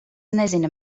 nezina